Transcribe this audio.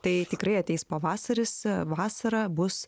tai tikrai ateis pavasaris vasara bus